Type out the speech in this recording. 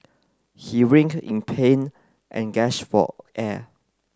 he in pain and for air